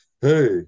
hey